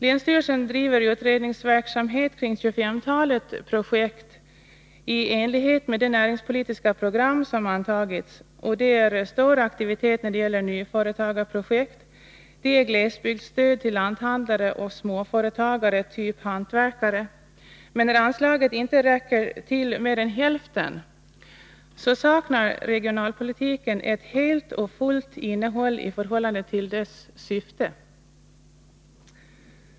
Länsstyrelsen bedriver utredningsverksamhet kring 25-talet projekt i enlighet med det näringspolitiska program som antagits. Det är stor aktivitet Når det gäller nyföretagarprojekt, det är glesbygdsstöd till lanthandlare och småföretagare typ hantverkare, men när anslaget inte räcker till mer än hälften, saknar regionalpolitiken ett helt och fullt innehåll i förhållande till sitt syfte.